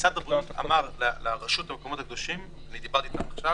משרד הבריאות אמר לרשות למקומות הקדושים אני דיברתי אתם עכשיו